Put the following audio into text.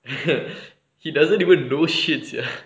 he doesn't even know shit sia